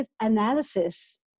analysis